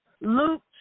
Luke